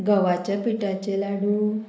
गवाच्या पिठाचे लाडू